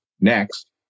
next